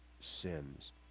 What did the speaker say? sins